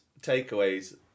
Takeaways